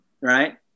right